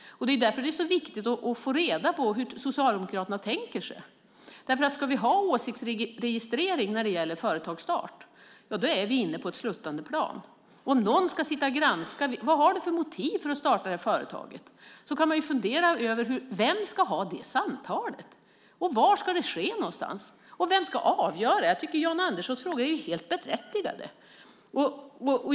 Därför är det viktigt att få veta hur Socialdemokraterna tänker sig detta. Om vi ska ha åsiktsregistrering när det gäller företagsstart är vi inne på ett sluttande plan. Om någon ska sitta och granska vad motivet till att man vill starta ett företag är kan man fundera över vem som ska göra den granskningen och var den ska ske. Och vem ska fälla avgörandet? Jag tycker att Jan Anderssons frågor är helt berättigade.